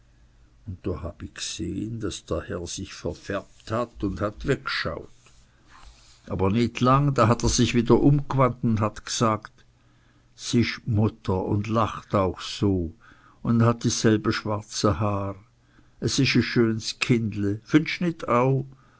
hab i g'sehn daß er sich verfärbt hat und hat wegg'schaut aber nit lang da hat er sich wieder umg'wandt und hat g'sagt s isch d mutter und lacht auch so un hat dieselbe schwarze haar es isch e schön's kindle findscht nit